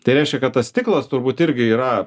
tai reiškia kad tas stiklas turbūt irgi yra